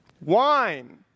Wine